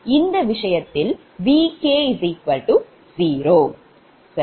இந்த விஷயத்தில் Vk0 சரி